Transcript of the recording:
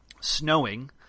snowing